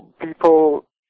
people